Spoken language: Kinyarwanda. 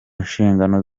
nshingano